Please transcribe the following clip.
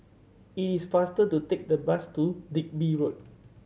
it is faster to take the bus to Digby Road